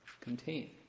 contain